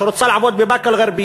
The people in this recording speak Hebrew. שרוצה לעבוד בבאקה-אלע'רביה,